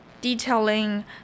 detailing